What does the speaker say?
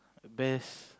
a best